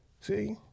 See